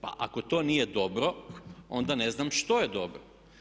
Pa ako to nije dobro onda ne znam što je dobro.